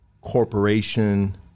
corporation